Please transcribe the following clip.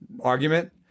argument